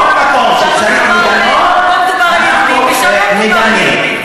פה מדובר על יהודים, ושם לא מדובר על יהודים.